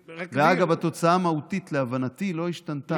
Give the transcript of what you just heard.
אגב, התוצאה המהותית, להבנתי, לא השתנתה.